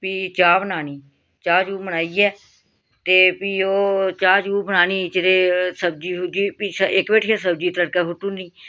फ्ही चाह् बनानी चाह् चूहू बनाइयै ते फ्ही ओह् चाह् चूह् बनानी इन्नें चिरे सब्ज़ी गी पिच्छै इक भेठियै सब्ज़ी तड़का सुट्टू उड़नी